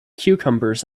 cucumbers